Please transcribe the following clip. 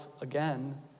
again